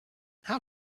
how